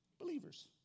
believers